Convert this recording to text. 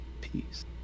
peace